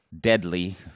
deadly